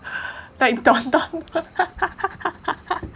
like Don Don